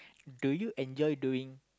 do you enjoy doing